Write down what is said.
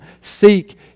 Seek